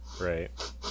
right